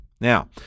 Now